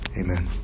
Amen